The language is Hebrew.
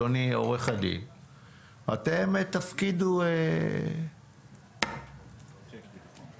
אתם תפקידו --- צ'ק ביטחון.